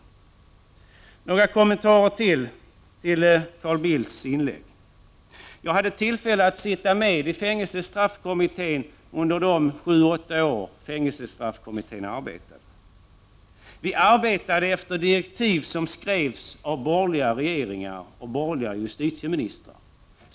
Ytterligare några kommentarer till Carl Bildts inlägg: Jag hade tillfälle att sitta med i fängelsestraffkommittén under de sju åtta år kommittén arbetade. Vi arbetade efter direktiv som skrevs av borgerliga regeringar och borgerliga justitieministrar.